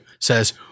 says